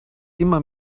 immer